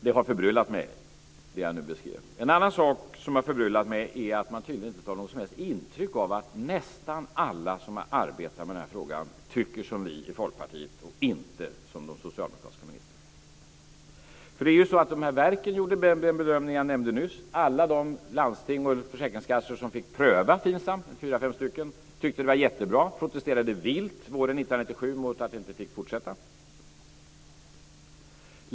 De har förbryllat mig, som jag beskrev. En annan sak som har förbryllat mig är att man tydligen inte tar något som helst intryck av att nästan alla som har arbetat med denna fråga tycker som vi i Folkpartiet och inte som de socialdemokratiska ministrarna. Det är ju på det sättet att dessa verk gjorde den bedömning som jag nämnde nyss. Alla de landsting och försäkringskassor som fick pröva FINSAM - det var fyra eller fem - tyckte att det var jättebra och protesterade vilt våren 1997 mot att det inte fick fortsätta.